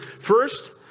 First